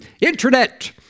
internet